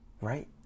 Right